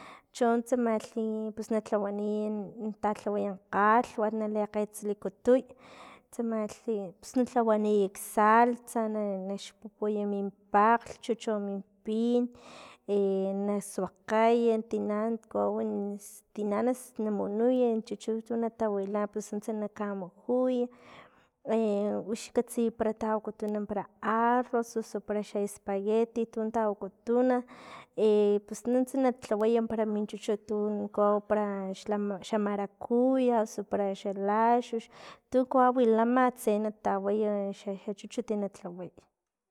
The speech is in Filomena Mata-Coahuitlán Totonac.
Chon tsamalhi pus na thawaniy na talhaway kgalhwat na li kgesilikutuy tsamalhi, pus nalhawaniy ksalsa naxpupuy min pakglhchu, ho min pin, i na suakgay tina kawawi stina na- na- na munuy chuchut na tawila pus nunts na kamujuy, wix katsiy para tawakutun para arros osu xa espaguetti tun tawakutun, pus nuntsa na lhaway para mun chuchut para tu kawau xa- xamaracuya, osu para xa laxux, tu kawawi lama tse na taway xa chuchut na lhaway.